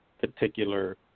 particular